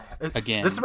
again